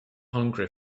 hungry